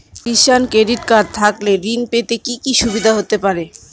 কিষান credit card থাকলে ঋণ পেতে কি কি সুবিধা হতে পারে?